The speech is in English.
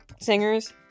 singers